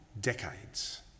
decades